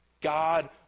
God